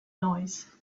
noise